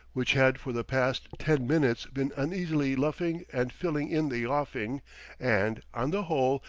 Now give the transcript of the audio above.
which had for the past ten minutes been uneasily luffing and filling in the offing and, on the whole,